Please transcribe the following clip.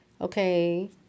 Okay